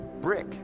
brick